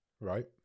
Right